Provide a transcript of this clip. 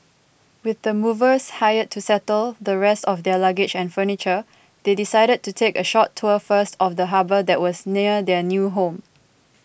with the movers hired to settle the rest of their luggage and furniture they decided to take a short tour first of the harbour that was near their new home